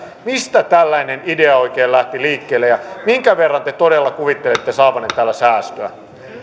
mistä tällainen idea oikein lähti liikkeelle ja minkä verran te todella kuvittelette saavanne tällä säästöä